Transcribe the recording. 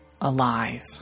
alive